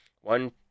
One